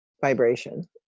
vibration